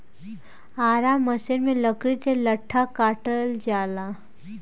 आरा मसिन में लकड़ी के लट्ठा काटल जाला